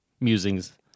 musings